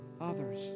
others